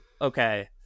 Okay